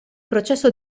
processo